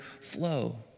flow